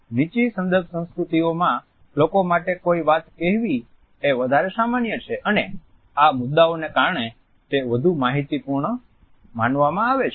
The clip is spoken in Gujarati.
નીચી સંદર્ભ સંસ્કૃતિમાં લોકો માટે કોઈ વાત કહેવી એ વધારે સામાન્ય છે અને આ મુદ્દાઓને કારણે તે વધુ માહિતીપૂણૅ માનવામાં આવે છે